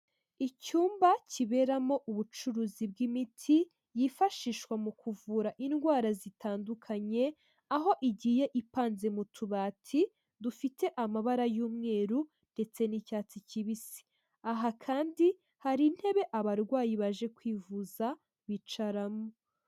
Icyumba kiberamo ubucuruzi bw'imiti yifashishwa mu kuvura indwara zitandukanye aho igiye ipanze mu tubati dufite amabara y'umweru ndetse n'icyatsi kibisi, aha kandi hari intebe abarwayi baje kwivuza bicaramo.